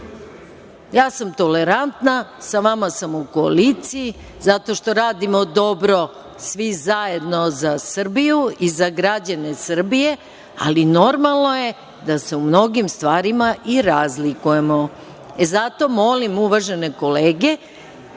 sam tolerantna, sa vama sam u koaliciji, zato što radimo dobro svi zajedno za Srbiju i za građane Srbije, ali normalno je da se u mnogim stvarima i razlikujemo. Zato molim uvažene kolege